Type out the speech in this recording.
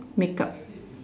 make up